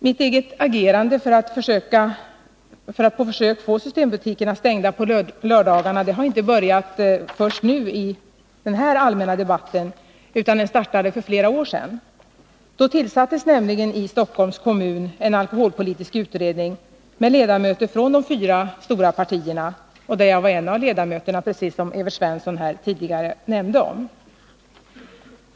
Mitt eget agerande för att på försök få systembutikerna stängda på lördagarna har inte börjat först nu, i och med den allmänna debatten, utan det startade för flera år sedan. Då tillsattes nämligen i Stockholms kommun en alkoholpolitisk utredning med ledamöter från de fyra stora partierna och där jag var en av ledamöterna, precis som Evert Svensson tidigare nämnde.